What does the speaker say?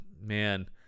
man